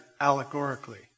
allegorically